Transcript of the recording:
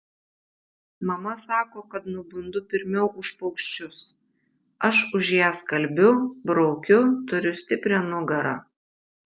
mama sako kad nubundu pirmiau už paukščius aš už ją skalbiu braukiu turiu stiprią nugarą